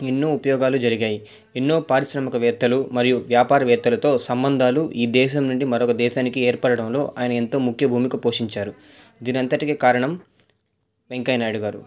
ఎన్నో ఉపయోగాలు జరిగాయి ఎన్నో పారిశ్రామికవేత్తలు మరియు వ్యాపారవేత్తలతో సంబంధాలు ఈ దేశం నుండి మరొక దేశానికి ఏర్పడడంలో ఆయన ఎంతో ముఖ్య భూమిక పోషించారు దీని అంతటికి కారణం వెంకయ్య నాయుడు గారు